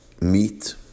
meat